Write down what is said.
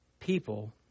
people